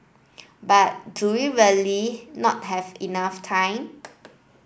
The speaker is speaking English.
but do we really not have enough time